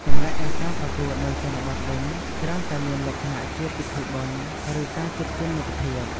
ចំណែកឯការប្រកួតនៅជនបទវិញ ច្រើនតែមានលក្ខណៈជាពិធីបុណ្យ ឬការជួបជុំមិត្តភាព។